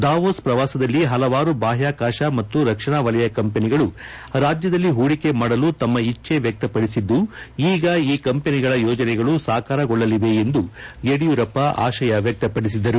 Davos ಪ್ರವಾಸದಲ್ಲಿ ಹಲವಾರು ಬಾಹ್ಯಾಕಾಶ ಮತ್ತು ರಕ್ಷಣಾ ವಲಯ ಕಂಪನಿಗಳು ರಾಜ್ಯದಲ್ಲಿ ಹೂಡಿಕೆ ಮಾಡಲು ತಮ್ಮ ಇಜ್ಞೆ ವ್ಯಕ್ತಪಡಿಸಿದ್ದು ಈಗ ಈ ಕಂಪನಿಗಳ ಯೋಜನೆಗಳು ಸಾಕಾರಗೊಳ್ಳಲಿವೆ ಎಂದು ಯಡಿಯೂರಪ್ಪ ಆಶಯ ವ್ಯಕ್ತಪಡಿಸಿದ್ದಾರೆ